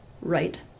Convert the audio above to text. right